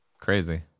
crazy